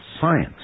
science